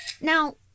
Now